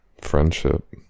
Friendship